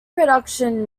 production